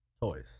toys